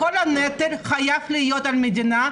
כל הנטל חייב להיות על המדינה,